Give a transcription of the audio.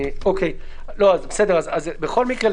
בכל מקרה,